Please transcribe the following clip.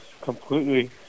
completely